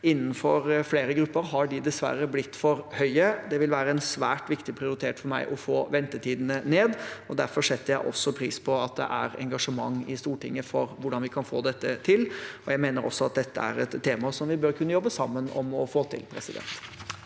Innenfor flere grupper har de dessverre blitt for lange. Det vil være en svært viktig prioritet for meg å få ventetidene ned. Derfor setter jeg også pris på at det er engasjement i Stortinget for hvordan vi kan få dette til. Jeg mener også at dette er et tema som vi bør kunne jobbe sammen om å få til. Bård